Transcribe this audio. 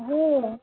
অ'